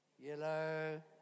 yellow